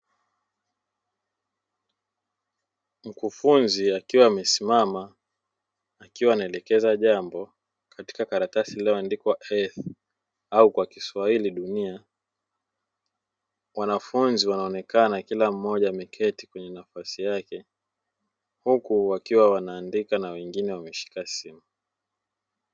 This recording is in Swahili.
Mkufunzi akiwa amesimama akiwa anaelekeza jambo katika karatasi iliyoandikwa "EARTH" au kwa kiswahili dunia. Wanafunzi wanaonekana kila mmoja kwenye nafasi yake, huku wakiwa wanaandika na wengine wameshika simu.